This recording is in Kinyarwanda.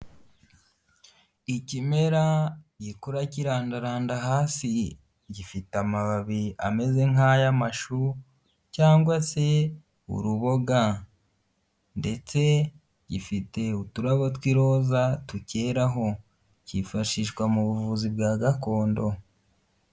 Ikimera gikura kirandaranda hasi, gifite amababi ameze nk'ay'amashu cyangwa se uruboga ndetse gifite uturabo tw'iroza tucyeraho, cyifashishwa mu buvuzi bwa gakondo.